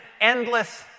endless